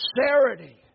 sincerity